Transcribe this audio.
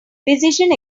physician